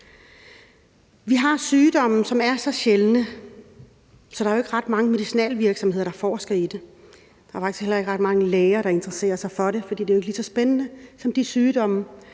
Vi har sygdomme, som er så sjældne, at der ikke er ret mange medicinalvirksomheder, der forsker i dem. Der er faktisk heller ikke ret mange læger, der interesserer sig for dem, fordi de jo ikke er lige så spændende at interessere